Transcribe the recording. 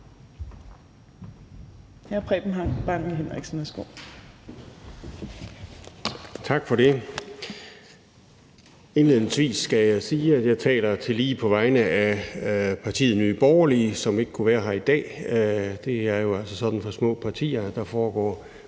Tak for det. Indledningsvis skal jeg sige, at jeg tillige taler på vegne af partiet Nye Borgerlige, som ikke kunne være her i dag. Det er jo sådan for små partier, at der foregår